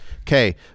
Okay